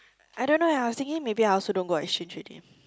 I don't know eh I was thinking maybe I also don't go exchange already